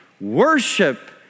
Worship